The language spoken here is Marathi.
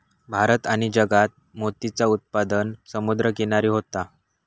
भारत आणि जगात मोतीचा उत्पादन समुद्र किनारी होता